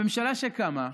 הממשלה שקמה,